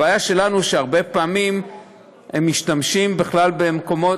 הבעיה שלנו היא שהרבה פעמים הם משתמשים בכלל במקומות,